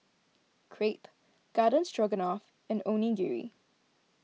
Crepe Garden Stroganoff and Onigiri